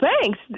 thanks